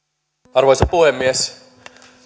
arvoisa puhemies